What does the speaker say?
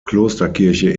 klosterkirche